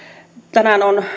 tänään on